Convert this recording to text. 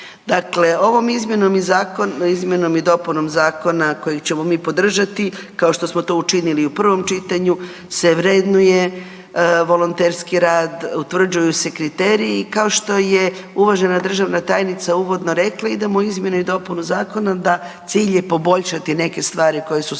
Dakle, ovom izmjenom i dopunom zakona kojeg ćemo mi podržati kao što smo to učinili i u provom čitanju se vrednuje volonterski rad, utvrđuju se kriteriji. Kao što je uvažena državna tajnica uvodno rekla idemo u izmjene i dopunu zakona da cilj je poboljšati neke stvari koje su se